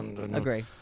Agree